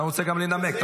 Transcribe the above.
אתה רוצה לנמק?